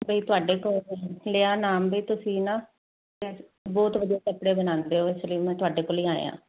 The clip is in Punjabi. ਬਾਈ ਤੁਹਾਡੇ ਕੋਲ ਲਿਆ ਨਾਮ ਵੀ ਤੁਸੀਂ ਨਾ ਬਹੁਤ ਵਧੀਆ ਕੱਪੜੇ ਬਣਾਉਂਦੇ ਹੋ ਇਸ ਲਈ ਮੈਂ ਤੁਹਾਡੇ ਕੋਲ ਹੀ ਆਇਆ